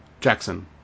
Jackson